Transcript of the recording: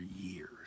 years